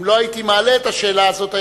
אם לא הייתי מעלה את השאלה הזאת,